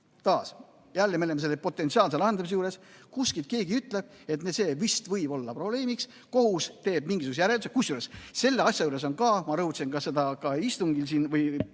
Taas me oleme selle potentsiaalse lahendamise juures. Kuskilt keegi ütleb, et see vist võib olla probleemiks, kohus teeb mingisuguse järelduse. Kusjuures selle asja juures on nii – ma rõhutasin seda ka siin puldis